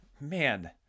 man